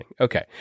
okay